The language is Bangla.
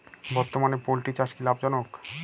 বর্তমানে পোলট্রি চাষ কি লাভজনক?